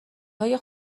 های